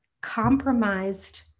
compromised